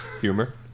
Humor